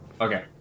Okay